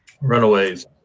Runaways